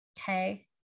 okay